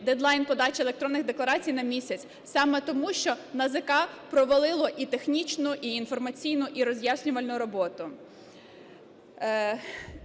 дедлайн подачі електронних декларацій на місяць саме тому, що НАЗК провалило і технічну, і інформаційну, і роз'яснювальну роботу.